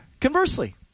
Conversely